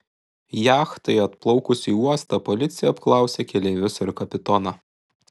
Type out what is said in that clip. jachtai atplaukus į uostą policija apklausė keleivius ir kapitoną